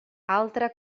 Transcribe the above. altra